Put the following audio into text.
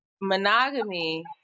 Monogamy